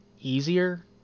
easier